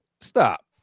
Stop